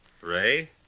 Ray